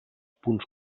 punts